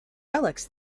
relics